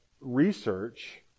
research